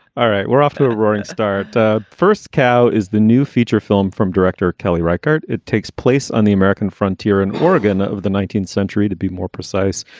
all right. we're off to a roaring start. first cow is the new feature film from director kelly record. it takes place on the american frontier in oregon of the nineteenth century, to be more precise.